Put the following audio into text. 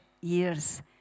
years